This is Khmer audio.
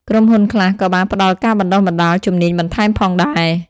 ក្រុមហ៊ុនខ្លះក៏បានផ្តល់ការបណ្តុះបណ្តាលជំនាញបន្ថែមផងដែរ។